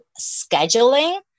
scheduling